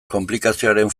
konplikazioaren